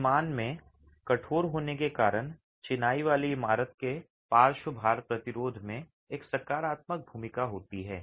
विमान में कठोर होने के कारण चिनाई वाली इमारत के पार्श्व भार प्रतिरोध में एक सकारात्मक भूमिका होती है